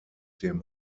dem